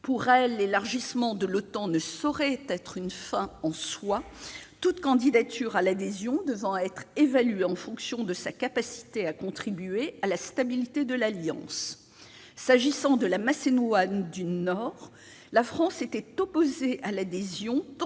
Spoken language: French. Pour elle, l'élargissement de l'OTAN ne saurait être une fin en soi, toute candidature à l'adhésion devant être évaluée à l'aune de sa capacité à contribuer à la stabilité de l'Alliance. S'agissant de la Macédoine du Nord, la France était opposée à l'adhésion tant